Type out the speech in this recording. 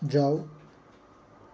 जाओ